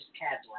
cadillac